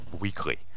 weekly